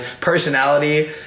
Personality